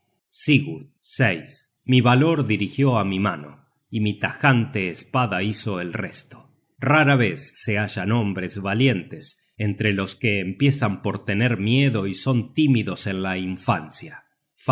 sigurd mi valor dirigió á mi mano y mi tajante espada hizo el resto rara vez se hallan hombres valientes entre los que empiezan por tener miedo y son tímidos en la infancia